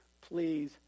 please